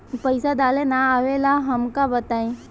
पईसा डाले ना आवेला हमका बताई?